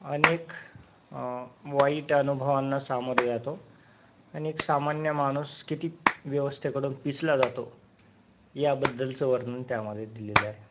अनेक वाईट अनुभवांना सामोरे जातो आणि एक सामान्य माणूस किती व्यवस्थेकडून पिचला जातो याबद्दलचं वर्णन त्यामध्ये दिलेलं आहे